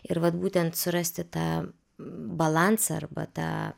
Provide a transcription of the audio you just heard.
ir vat būtent surasti tą balansą arba tą